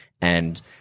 and-